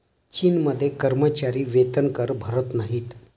चीनमध्ये कर्मचारी वेतनकर भरत नाहीत